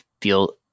feel